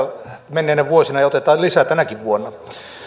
menneinä vuosina ja otetaan lisää tänäkin vuonna